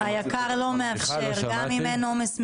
היק"ר לא מאפשר, גם אם אין עומס מיקרוביאלי,